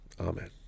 Amen